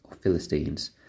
Philistines